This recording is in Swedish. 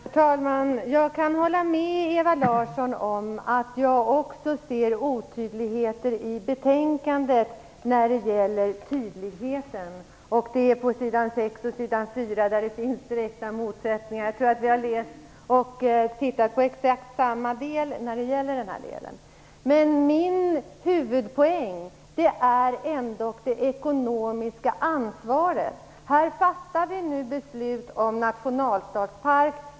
Herr talman! Jag kan hålla med Ewa Larsson om att det finns otydligheter i betänkandet. På sidorna 4 och 6 finns direkta motsättningar. Jag tror att vi menar exakt samma avsnitt. Min huvudpoäng gäller ändock det ekonomiska ansvaret. Här kommer vi att fatta ett beslut om en nationalstadspark.